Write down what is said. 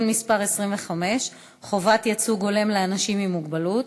מס' 25) (חובת ייצוג הולם לאנשים עם מוגבלות),